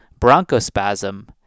bronchospasm